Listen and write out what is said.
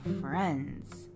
friends